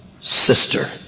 sister